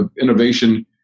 innovation